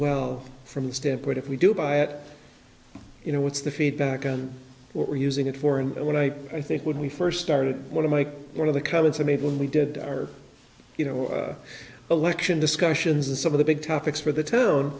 well from the standpoint if we do buy it you know what's the feedback on what we're using it for and when i i think when we first started one of my one of the comments i made when we did our you know election discussions and some of the big topics for the town